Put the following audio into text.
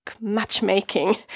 matchmaking